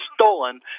stolen